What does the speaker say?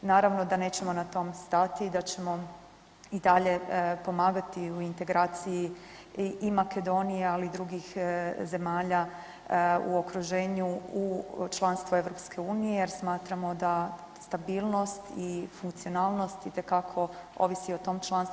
Naravno da nećemo na tome stati i da ćemo i dalje pomagati u integraciji i Makedonije, ali i drugih zemalja u okruženju u članstvu EU jer smatramo da stabilnost i funkcionalnost itekako ovisi o tom članstvu.